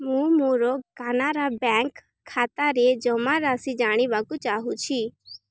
ମୁଁ ମୋର କାନାରା ବ୍ୟାଙ୍କ ଖାତାରେ ଜମାରାଶି ଜାଣିବାକୁ ଚାହୁଁଛି